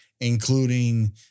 including